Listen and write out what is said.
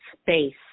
space